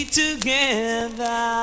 together